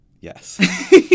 Yes